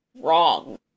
wrong